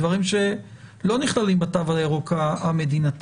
דברים שלא נכללים בתו הירוק המדינתי.